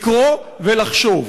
לקרוא ולחשוב.